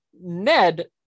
Ned